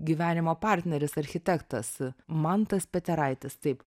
gyvenimo partneris architektas mantas peteraitis taip